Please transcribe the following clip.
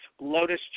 Lotus